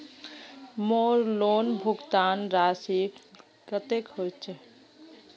मोर लोन भुगतान राशि कतेक होचए?